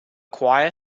choir